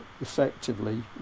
effectively